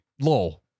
lol